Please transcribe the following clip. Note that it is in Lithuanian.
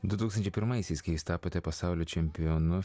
du tūkstančiai pirmaisiais kai jūs tapote pasaulio čempionu